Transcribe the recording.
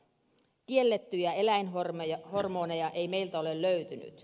kiellettyjä eläinhormoneja ei meiltä ole löytynyt